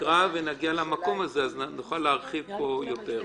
כשנקרא ונגיע למקום הזה, נוכל להרחיב פה יותר.